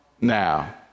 Now